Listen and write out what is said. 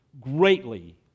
greatly